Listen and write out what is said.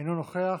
אינו נוכח,